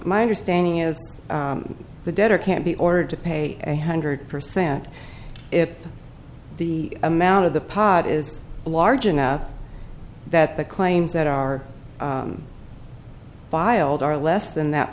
my understanding is that the debtor can be ordered to pay a hundred percent if the amount of the pot is large enough that the claims that are filed are less than that